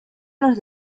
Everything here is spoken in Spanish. los